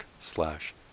slash